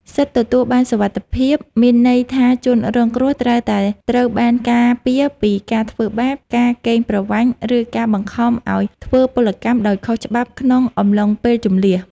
សិទ្ធិទទួលបានសុវត្ថិភាពមានន័យថាជនរងគ្រោះត្រូវតែត្រូវបានការពារពីការធ្វើបាប ការកេងប្រវ័ញ្ច ឬការបង្ខំឱ្យធ្វើពលកម្មដោយខុសច្បាប់ក្នុងអំឡុងពេលជម្លៀស។